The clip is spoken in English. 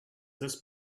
this